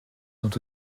sont